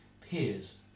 peers